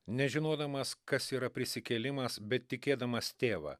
nežinodamas kas yra prisikėlimas bet tikėdamas tėvą